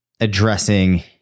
Addressing